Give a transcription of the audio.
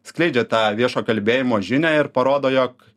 skleidžia tą viešo kalbėjimo žinią ir parodo jog